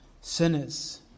sinners